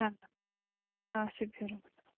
چلو اَچھا بِہِو رۄبس حوال